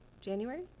January